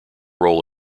role